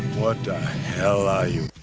what the hell are you?